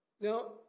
Now